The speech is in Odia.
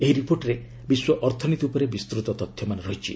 ଏହି ରିପୋର୍ଟ୍ରେ ବିଶ୍ୱ ଅର୍ଥନୀତି ଉପରେ ବିସ୍ଚତ ତଥ୍ୟ ରହିଛି